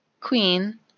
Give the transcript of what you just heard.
Queen